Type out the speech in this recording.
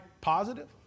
positive